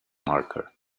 marker